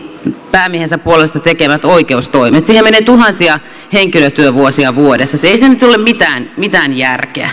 päämiehensä puolesta tekemät tuhannet oikeustoimet siihen menee runsaasti henkilötyövuosia vuodessa ei siinä nyt ole mitään mitään järkeä